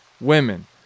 women